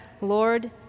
Lord